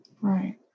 Right